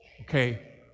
okay